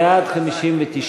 בעד, 59,